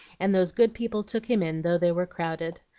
and those good people took him in though they were crowded.